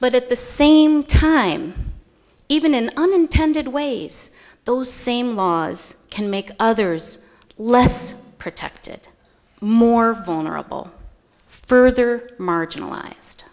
but at the same time even in unintended ways those same laws can make others less protected more vulnerable further marginalized